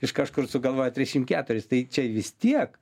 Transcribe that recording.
iš kažkur sugalvojo trisdešim keturis tai čia vis tiek